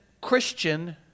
Christian